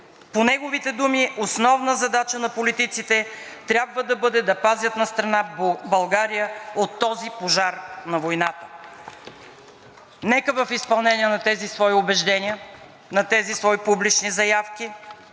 По неговите думи основна задача на политиците трябва да бъде да пазят настрана България от този пожар на войната. Нека в изпълнение на тези свои убеждения, на тези свои публични заявки